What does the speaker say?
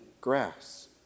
grass